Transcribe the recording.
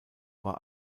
war